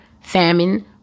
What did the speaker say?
famine